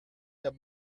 der